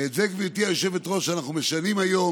ואת זה, גברתי היושבת-ראש, אנחנו משנים היום,